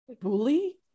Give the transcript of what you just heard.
bully